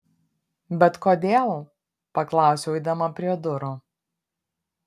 bet kodėl paklausiau eidama prie durų